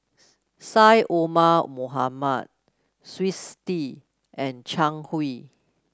Syed Omar Mohamed Twisstii and Zhang Hui